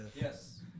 Yes